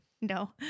No